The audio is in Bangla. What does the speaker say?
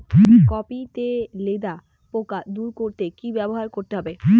কপি তে লেদা পোকা দূর করতে কি ব্যবহার করতে হবে?